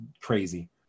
crazy